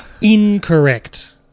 Incorrect